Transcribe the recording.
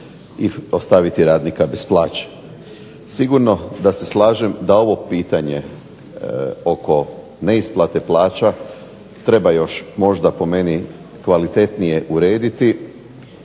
i ostaviti radnika bez plaće. Sigurno da se slažem da ovo pitanje oko neisplate plaća treba još možda po meni kvalitetnije urediti